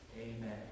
Amen